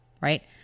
Right